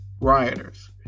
rioters